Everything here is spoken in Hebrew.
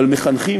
אבל מחנכים,